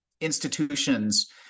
institutions